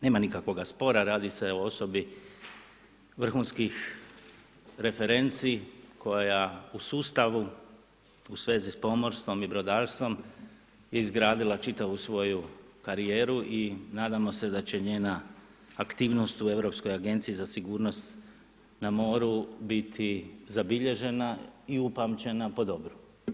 Nema nikakvoga spora, radi se o osobi vrhunskih referenci koja u sustavu u svezi sa pomorstvom i brodarstvom je izgradila čitavu svoju karijeru i nadamo se da će njena aktivnost u Europskoj agenciji za sigurnost na moru biti zabilježena i upamćena po dobru.